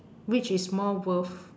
which is more worth